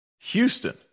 Houston